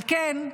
על כן,